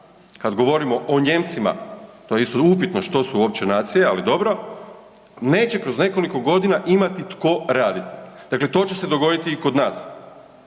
kad govorimo o Nijemcima, to je isto upitno što su uopće nacije, ali dobro, neće kroz nekoliko godina imati tko raditi. Dakle, to će se dogoditi i kod nas.